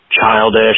childish